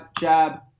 jab